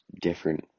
different